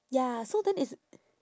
ya so then it's